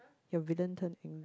angry